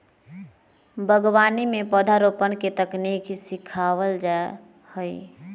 बागवानी में पौधरोपण के तकनीक सिखावल जा हई